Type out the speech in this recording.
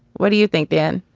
what do you think then?